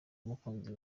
umukunzi